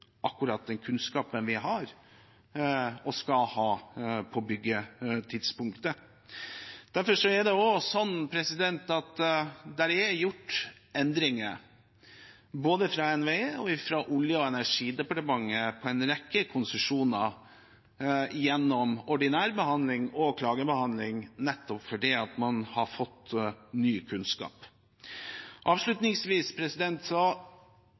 akkurat den kunnskapen vi har og skal ha på byggetidspunktet. Derfor er det også gjort endringer, både fra NVE og fra Olje- og energidepartementet, i en rekke konsesjoner gjennom ordinær behandling og klagebehandling –nettopp fordi man har fått ny kunnskap. Avslutningsvis